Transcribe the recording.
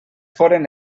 foren